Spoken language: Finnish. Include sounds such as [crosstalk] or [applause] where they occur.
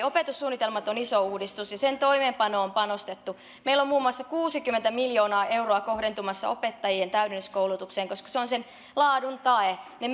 [unintelligible] opetussuunnitelmat ovat iso uudistus ja sen toimeenpanoon on panostettu meillä on muun muassa kuusikymmentä miljoonaa euroa kohdentumassa opettajien täydennyskoulutukseen koska se on sen laadun tae ne [unintelligible]